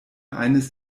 eines